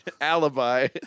alibi